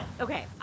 Okay